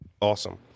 Awesome